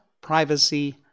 privacy